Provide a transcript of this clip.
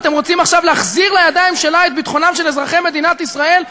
שאתם רוצים עכשיו להחזיר לידיים שלה את ביטחונם של אזרחי מדינת ישראל,